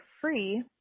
free